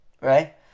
Right